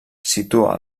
situa